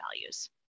values